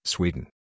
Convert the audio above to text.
Sweden